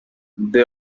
they